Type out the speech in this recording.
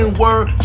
word